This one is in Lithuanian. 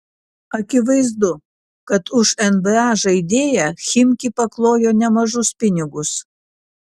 akivaizdu kad už nba žaidėją chimki paklojo nemažus pinigus